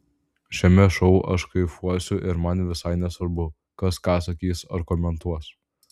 šiame šou aš kaifuosiu ir man visai nesvarbu kas ką sakys ar komentuos